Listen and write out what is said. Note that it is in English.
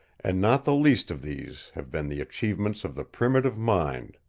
and not the least of these have been the achievements of the primitive mind.